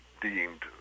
deemed